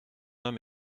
homme